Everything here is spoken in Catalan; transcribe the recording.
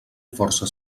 força